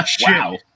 Wow